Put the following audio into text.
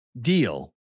deal